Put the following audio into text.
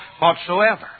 whatsoever